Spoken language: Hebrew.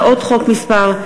הצעות חוק פ/837/19,